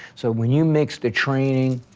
so when you mix the training,